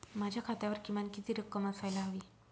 माझ्या खात्यावर किमान किती रक्कम असायला हवी?